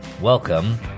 Welcome